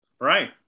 Right